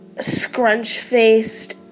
scrunch-faced